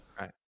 Right